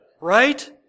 Right